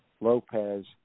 Lopez